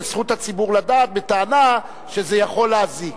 זכות הציבור לדעת בטענה שזה יכול להזיק.